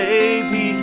Baby